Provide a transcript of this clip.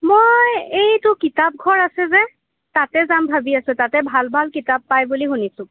মই এইটো কিতাপ ঘৰ আছে যে তাতে যাম ভাবি আছোঁ তাতে ভাল ভাল কিতাপ পাই বুলি শুনিছোঁ